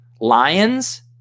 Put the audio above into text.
lions